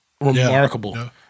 remarkable